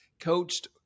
coached